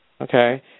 Okay